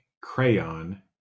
crayon